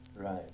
Right